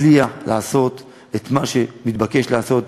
תצליח לעשות את מה שמתבקש לעשות.